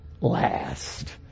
last